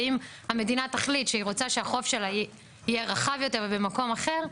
ואם המדינה תחליט שהיא רוצה שהחוף שלה יהיה רחב יותר ובמקום אחר,